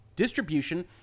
distribution